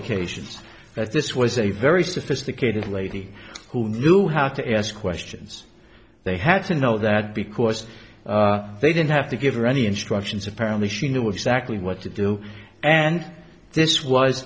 occasions that this was a very sophisticated lady who knew how to ask questions they had to know that because they didn't have to give her any instructions apparently she knew exactly what to do and this was